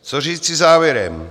Co říci závěrem?